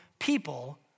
people